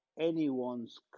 anyone's